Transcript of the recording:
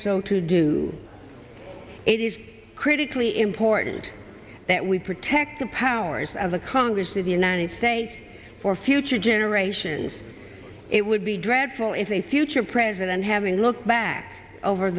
so to do it is critically important that we protect the powers of the congress of the united states for future generations it would be dreadful is a future president having looked back over